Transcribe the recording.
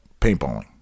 paintballing